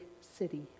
city